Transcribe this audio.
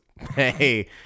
Hey